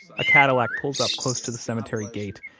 a cadillac pulls up close to the cemetery gate,